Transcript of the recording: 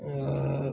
और